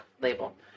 label